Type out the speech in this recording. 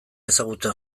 ezagutzen